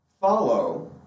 follow